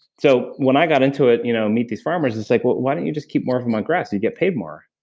so when i got into it to you know meet these farmers, it's like, well why don't you just keep more of them grass? you'd get paid more?